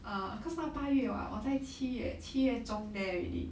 err cause now 八月 [what] 我在我在七月中 there already